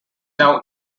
now